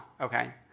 Okay